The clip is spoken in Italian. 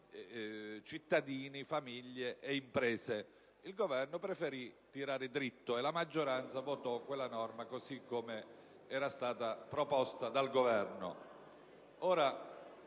cittadini, famiglie e imprese. Il Governo preferì tirare diritto, e la maggioranza votò quella norma, così come era stata proposta dal Governo.